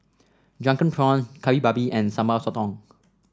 Drunken Prawn Kari Babi and Sambal Sotong